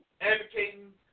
advocating